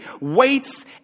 waits